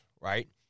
right